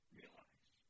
realize